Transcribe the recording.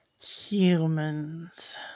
Humans